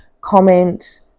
comment